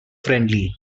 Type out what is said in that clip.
friendly